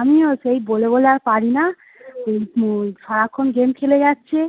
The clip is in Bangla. আমিও সেই বলে বলে আর পারি না এই সারাক্ষণ গেম খেলে যাচ্ছে